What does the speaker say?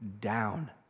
down